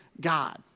God